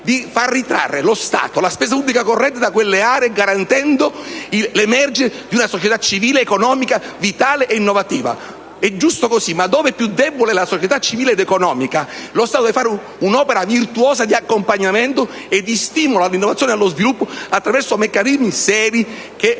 di far ritrarre lo Stato e la spesa pubblica corrente da quelle aree, garantendo in tal modo l'emergere di una società civile economica vitale e innovativa. È giusto così ma, dove è più debole la società civile economica, lo Stato deve fare un'opera virtuosa di accompagnamento e di stimolo all'innovazione ed allo sviluppo attraverso meccanismi seri come